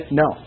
no